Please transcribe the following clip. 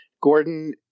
Gordon